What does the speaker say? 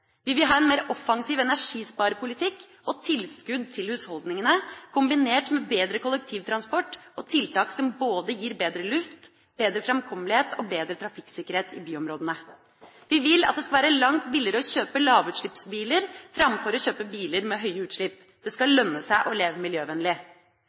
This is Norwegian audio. Vi vil ha en mer offensiv energisparepolitikk og tilskudd til husholdningene, kombinert med bedre kollektivtransport og tiltak som gir både bedre luft, bedre framkommelighet og bedre trafikksikkerhet i byområdene. Vi vil at det skal være langt billigere å kjøpe lavutslippsbiler enn å kjøpe biler med høye utslipp. Det